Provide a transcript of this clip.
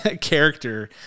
character